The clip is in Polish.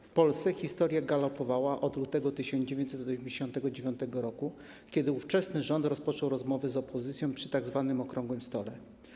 W Polsce historia galopowała od lutego 1989 r., kiedy ówczesny rząd rozpoczął rozmowy z opozycją przy tzw. okrągłym stole.